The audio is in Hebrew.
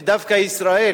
ודווקא ישראל